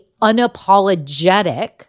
unapologetic